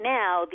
now